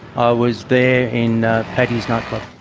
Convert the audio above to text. i was there in paddy's nightclub.